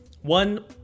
one